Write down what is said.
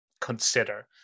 consider